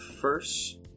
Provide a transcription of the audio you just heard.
first